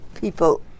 people